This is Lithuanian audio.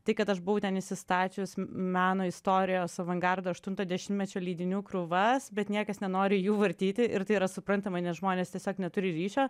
tai kad aš buvau ten įsistačius meno istorijos avangardo aštunto dešimtmečio leidinių krūvas bet niekas nenori jų vartyti ir tai yra suprantama nes žmonės tiesiog neturi ryšio